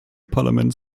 parlament